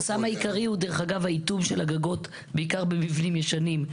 החסם העיקרי הוא דרך אגב האיטום של הגגות בעיקר במבנים ישנים.